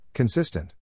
Consistent